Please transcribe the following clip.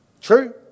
True